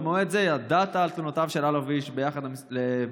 במועד זה ידעת על תלונותיו של אלוביץ' ביחס לברגר,